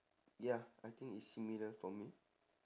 ya I think it's similar for me